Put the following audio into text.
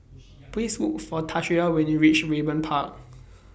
Please Look For Tanesha when YOU REACH Raeburn Park